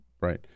Right